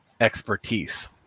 expertise